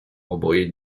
oboje